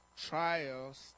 trials